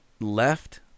left